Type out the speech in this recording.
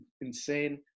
insane